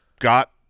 got